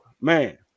man